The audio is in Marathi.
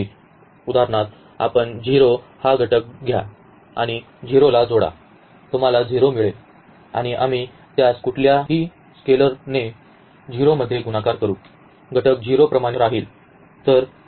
उदाहरणार्थ आपण 0 हा घटक घ्या आणि 0 ला जोडा तुम्हाला 0 मिळेल आणि आम्ही त्यास कुठल्याही स्केलरने 0 मध्ये गुणाकार करू घटक 0 प्रमाणे राहील